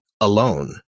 alone